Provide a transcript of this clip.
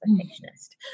perfectionist